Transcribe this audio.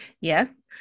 yes